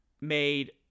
made